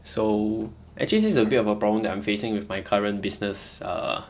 so actually this is a bit of a problem that I'm facing with my current business err